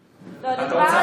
נגמר הזמן.